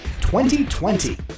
2020